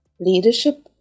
leadership